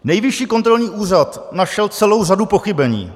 Nejvyšší kontrolní úřad našel celou řadu pochybení.